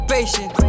Patient